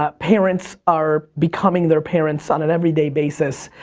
ah parents are becoming their parents on an everyday basis.